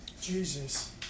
Jesus